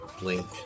blink